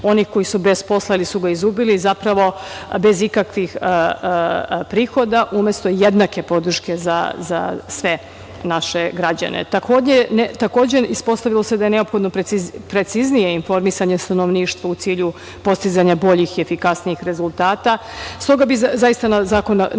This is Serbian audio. onih koji su bez posla ili su ga izgubili, zapravo bez ikakvih prihoda, umesto jednake podrške za sve naše građane. Takođe, ispostavilo se da je neophodno preciznije informisanje stanovništva u cilju postizanja boljih i efikasnijih rezultata, stoga bih zaista, nakon završetka